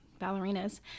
ballerinas